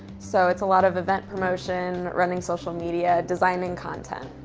so it's a lot of event promotion, running social media, designing content,